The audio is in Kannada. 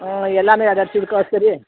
ಹಾಂ ಎಲ್ಲಾನೂ ಎರಡು ಎರಡು ಸೂಡು ಕಳಿಸ್ತೀರಿ